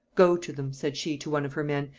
go to them, said she to one of her men,